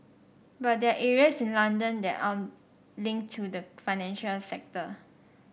but there are areas in London that aren't linked to the financial sector